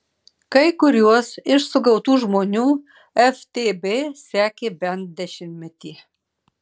kai kuriuos iš sugautų žmonių ftb sekė bent dešimtmetį